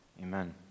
Amen